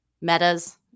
Meta's